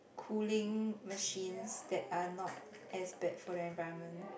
cooling machines that are not as bad for the environment